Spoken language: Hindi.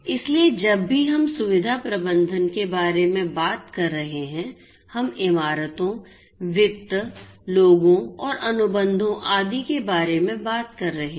इसलिए जब भी हम सुविधा प्रबंधन के बारे में बात कर रहे हैं हम इमारतों वित्त लोगों और अनुबंधों आदि के बारे में बात कर रहे हैं